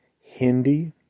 Hindi